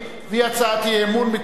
מטעם